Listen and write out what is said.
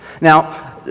Now